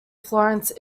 florence